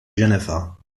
jennifer